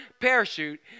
parachute